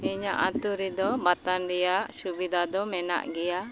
ᱤᱧᱟᱹᱜ ᱟᱹᱛᱩ ᱨᱮᱫᱚ ᱵᱟᱛᱟᱱ ᱨᱮᱭᱟᱜ ᱥᱩᱵᱤᱫᱟ ᱫᱚ ᱢᱮᱱᱟᱜ ᱜᱮᱭᱟ